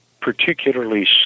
particularly